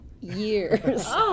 years